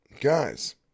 guys